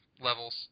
levels